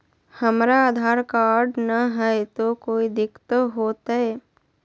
हमरा आधार कार्ड न हय, तो कोइ दिकतो हो तय?